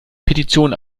petition